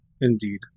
Indeed